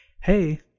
hey